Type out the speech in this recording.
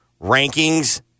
rankings